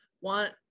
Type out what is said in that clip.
want